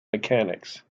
mechanics